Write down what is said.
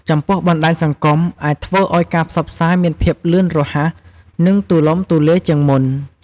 ចំពោះបណ្ដាញសង្គមអាចធ្វើឲ្យការផ្សព្វផ្សាយមានភាពលឿនរហ័សនិងទូលំទូលាយជាងមុន។